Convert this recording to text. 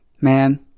Man